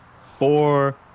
four